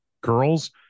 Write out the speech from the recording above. Girls